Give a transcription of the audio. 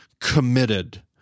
committed—